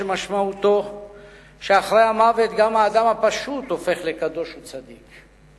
שמשמעותו שאחרי המוות גם האדם הפשוט הופך לקדוש ולצדיק.